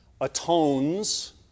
atones